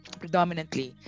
predominantly